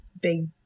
big